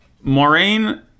Moraine